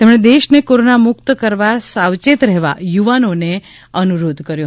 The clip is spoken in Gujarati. તેમણે દેશને કોરોના મુકત કરવા સાવચેત રહેવાનો યુવાનોને અનુરોધ કર્યો